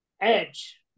Edge